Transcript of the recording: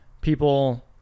people